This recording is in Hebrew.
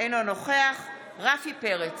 אינו נוכח רפי פרץ,